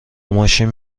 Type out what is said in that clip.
ماشین